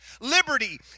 Liberty